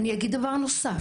אני אגיד דבר נוסף.